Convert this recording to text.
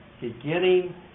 beginning